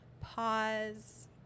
pause